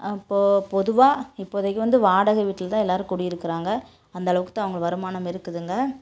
அப்போது பொதுவாக இப்போதைக்கு வந்து வாடகை வீட்டில் தான் எல்லாரும் குடியிருக்கிறாங்க அந்தளவுக்கு தான் அவங்க வருமானம் இருக்குதுங்க